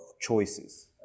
choices